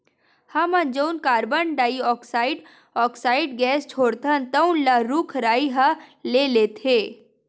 हमन जउन carbon dioxide oxide gas छोड़थन तउन ल रूख राई ह ले लेथे